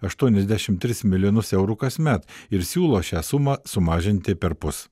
aštuoniasdešim tris milijonus eurų kasmet ir siūlo šią sumą sumažinti perpus